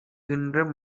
கின்ற